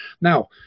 Now